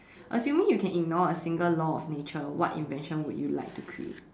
assuming you can ignore a single law of nature what invention would you like to create